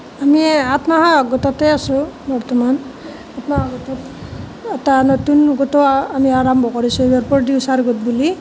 আমি আত্মসহায়ক গোটতে আছোঁ বৰ্তমান এটা নতুন গোটৰ আমি আৰম্ভ কৰিছোঁ ইয়াত প্ৰডিউচাৰ গোট বুলি